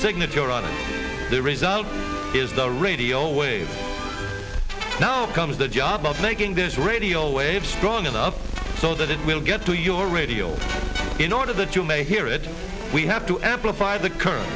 signature on the result is the radio wave now comes the job of making this radio waves strong enough so that it will get to your radio in order that you may hear it we have to employ fire the current